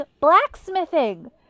blacksmithing